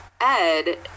ed